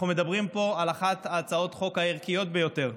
אנחנו מדברים פה על אחת מהצעות החוק הערכיות ביותר,